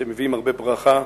שמביאים הרבה ברכה.